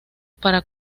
para